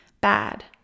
bad